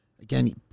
again